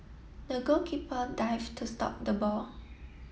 the goalkeeper dived to stop the ball